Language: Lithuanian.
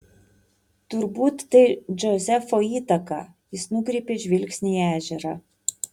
turbūt tai džozefo įtaka jis nukreipė žvilgsnį į ežerą